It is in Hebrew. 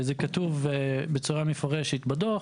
וזה כתוב בצורה מפורשת בדוח,